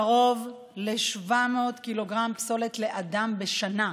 קרוב ל-700 ק"ג פסולת לאדם בשנה,